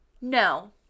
No